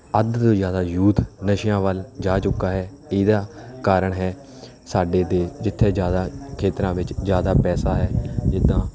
ਅੱਧ ਤੋਂ ਜ਼ਿਆਦਾ ਯੂਥ ਨਸ਼ਿਆਂ ਵੱਲ ਜਾ ਚੁੱਕਾ ਹੈ ਇਹਦਾ ਕਾਰਨ ਹੈ ਸਾਡੇ ਅਤੇ ਜਿੱਥੇ ਜ਼ਿਆਦਾ ਖੇਤਰਾਂ ਵਿੱਚ ਜ਼ਿਆਦਾ ਪੈਸਾ ਹੈ ਜਿੱਦਾਂ